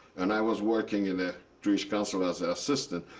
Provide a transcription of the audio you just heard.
and i was working in the jewish council as assistant,